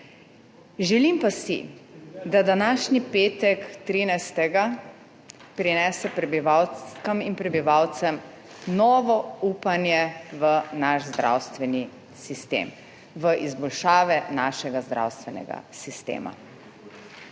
(nadaljevanje) da današnji petek 13. prinese prebivalkam in prebivalcem novo upanje v naš zdravstveni sistem, v izboljšave našega zdravstvenega sistema.